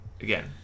Again